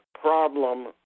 problem